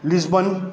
Lisbon